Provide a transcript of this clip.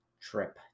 trip